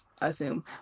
assume